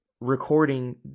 recording